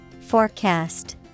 Forecast